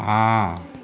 हाँ